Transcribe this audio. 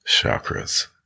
chakras